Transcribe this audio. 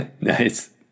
nice